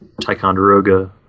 Ticonderoga